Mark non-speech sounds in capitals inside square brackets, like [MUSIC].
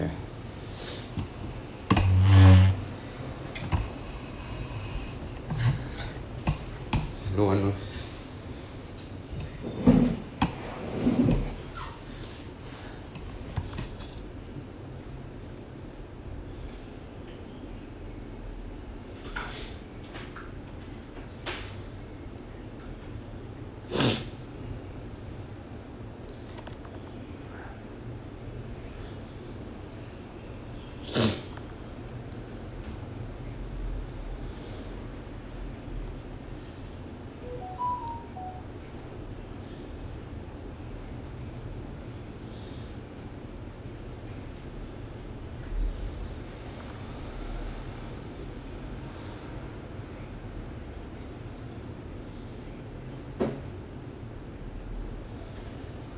ya [NOISE] no ah no [NOISE] [NOISE]